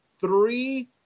three